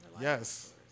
Yes